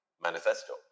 manifesto